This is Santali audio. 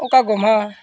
ᱚᱠᱟ ᱜᱚᱢᱦᱟ